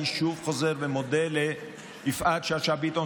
אני שוב חוזר ומודה ליפעת שאשא ביטון,